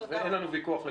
אין לנו ויכוח.